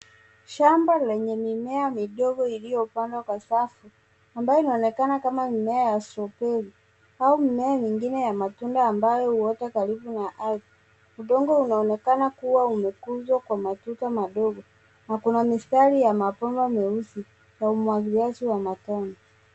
Shamba lenye mimea midogo iliyopandwa kwa safu ambayo inaonekana kama mimea ya strawberr am amimea mingine ya matunda ambayo huota karibu n ardhi. Udongo unaonekana kuwa umekuzwa kwa matuta madogo na kuna mistari ya mabomba meusi ya umwagiliaji wa matone.